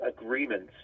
agreements